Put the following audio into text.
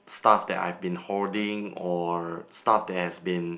stuff that I've been holding or stuff that has been